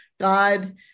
god